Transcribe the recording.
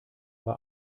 war